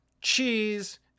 cheese